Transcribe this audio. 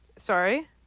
Sorry